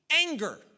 anger